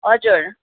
हजुर